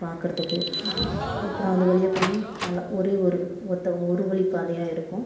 பார்க்குறத்துக்கு அப்புறம் அது வழியாக போனால் நல்லா ஒரே ஒரு ஒற்ற ஒருவழி பாதையாக இருக்கும்